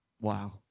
Wow